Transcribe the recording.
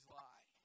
lie